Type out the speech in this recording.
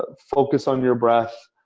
ah focus on your breath.